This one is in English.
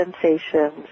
sensations